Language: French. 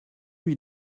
lui